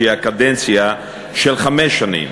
שהיא קדנציה של חמש שנים,